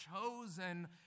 chosen